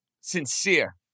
sincere